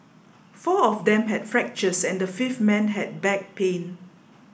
four of them had fractures and the fifth man had back pain